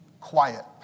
quiet